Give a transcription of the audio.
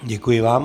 Děkuji vám.